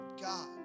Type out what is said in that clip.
God